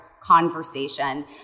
conversation